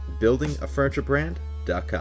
buildingafurniturebrand.com